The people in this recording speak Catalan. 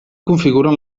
configuren